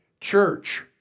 church